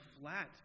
flat